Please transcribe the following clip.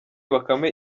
bakame